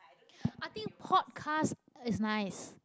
I think podcast is nice